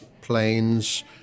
planes